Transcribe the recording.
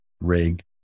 rig